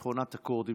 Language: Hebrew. בשכונת הכורדים,